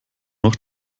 noch